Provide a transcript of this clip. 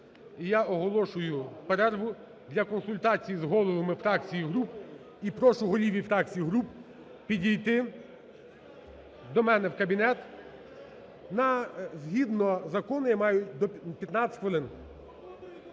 я оголошую перерву для консультацій з головами фракцій і груп. І прошу голові фракцій і груп підійти до мене в кабінет на… Згідно закону я маю 15 хвилин.